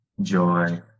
joy